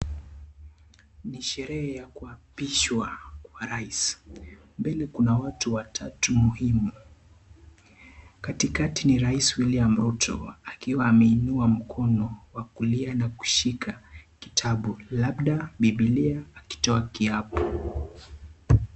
Ni sherehe ya kuapishwa kwa rais, mbele kuna watu watatu muhimu katikati ni rais William Ruto akiwa ameinua mkono wa kulia na kushika kitabu labda Bibilia akitoa kiapo.